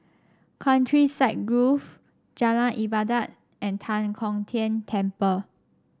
Countryside Grove Jalan Ibadat and Tan Kong Tian Temple